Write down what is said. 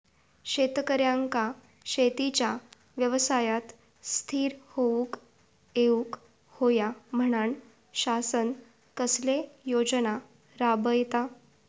शेतकऱ्यांका शेतीच्या व्यवसायात स्थिर होवुक येऊक होया म्हणान शासन कसले योजना राबयता?